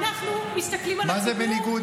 אנחנו מסתכלים על הציבור,